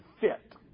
fit